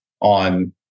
on